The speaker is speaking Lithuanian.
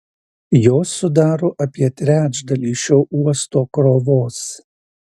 jos sudaro apie trečdalį šio uosto krovos